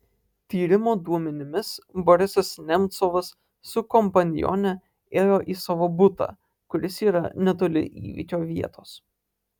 tyrimo duomenimis borisas nemcovas su kompanione ėjo į savo butą kuris yra netoli įvykio vietos